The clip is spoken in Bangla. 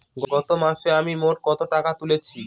গত মাসে মোট আমি কত টাকা তুলেছি?